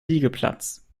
liegeplatz